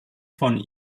von